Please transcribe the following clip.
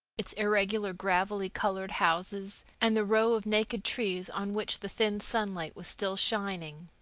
its irregular, gravely colored houses, and the row of naked trees on which the thin sunlight was still shining.